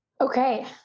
Okay